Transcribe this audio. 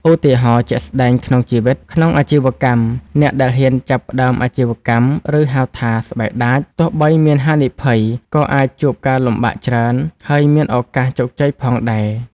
ឧទាហរណ៍ ជាក់ស្ដែងក្នុងជីវិត ក្នុងអាជីវកម្ម អ្នកដែលហ៊ានចាប់ផ្ដើមអាជីវកម្ម ឬហៅថា ស្បែកដាច ទោះបីមានហានិភ័យ ក៏អាចជួបការលំបាកច្រើន ហើយមានឱកាសជោគជ័យផងដែរ។